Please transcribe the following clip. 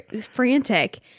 frantic